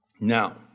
Now